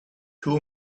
two